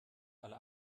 alle